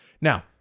now